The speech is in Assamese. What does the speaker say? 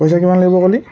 পইচা কিমান লাগিব ক'লি